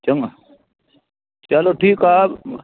चङो चलो ठीकु आहे